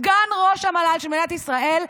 סגן ראש המל"ל של מדינת ישראל,